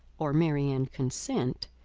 or marianne consent,